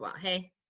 hey